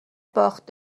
باخت